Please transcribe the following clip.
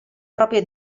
propria